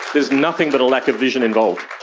is nothing but a lack of vision involved.